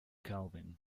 calvin